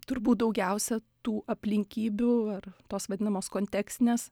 turbūt daugiausia tų aplinkybių ar tos vadinamos kontekstinės